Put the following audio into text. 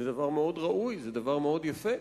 זה דבר מאוד ראוי, זה דבר מאוד יפה.